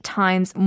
times